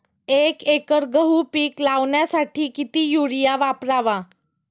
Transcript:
एक एकर गहू पीक लावण्यासाठी किती युरिया वापरावा?